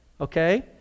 okay